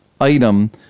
item